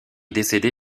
décédé